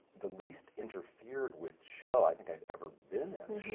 the least-interfered-with show i think i've ever been in.